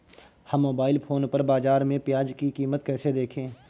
हम mobile phone पर बाज़ार में प्याज़ की कीमत कैसे देखें?